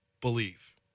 believe